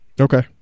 Okay